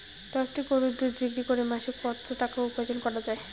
দশটি গরুর দুধ বিক্রি করে মাসিক কত টাকা উপার্জন করা য়ায়?